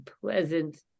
pleasant